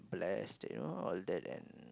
blessed you know all that and